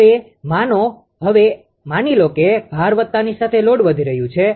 હવે માનો હવે માની લો કે ભાર વધતાની સાથે લોડ વધી ગયો છે